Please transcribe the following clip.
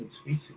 species